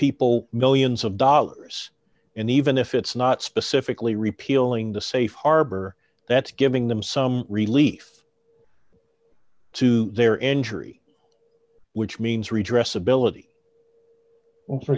people millions of dollars and even if it's not specifically repealing the safe harbor that's giving them some relief to their injury which means redress ability for